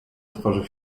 utworzył